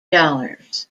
dollars